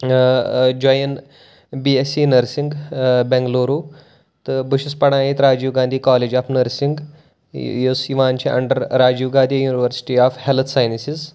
ٲں ٲں join B S C nursing ٲں بینٛگلوروٗ تہٕ بہٕ چھُس پَران ییٚتہِ Rajiv Gandhi college of nursing یُس یِوان چھُ under Rajiv Gandhi university of health sciences